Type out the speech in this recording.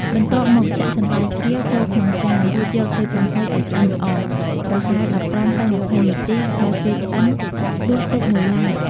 បន្ទាប់មកចាក់សណ្ដែកខៀវចូលក្នុងចាន រួចយកទៅចំហុយឲ្យឆ្អិនល្អ ប្រហែល ១៥ ទៅ ២០ នាទី ក្រោយពេលឆ្អិន ដួសទុកមួយឡែក។